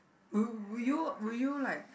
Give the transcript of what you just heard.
would would you would you like